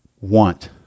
want